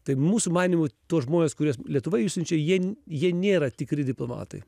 tai mūsų manymu tuos žmones kuriuos lietuva išsiunčia jie jie nėra tikri diplomatai